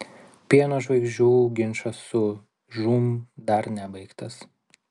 pieno žvaigždžių ginčas su žūm dar nebaigtas